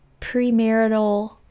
premarital